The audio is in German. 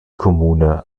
kommune